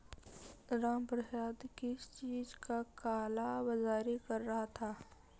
रामप्रसाद किस चीज का काला बाज़ारी कर रहा था